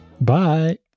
Bye